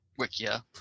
Wikia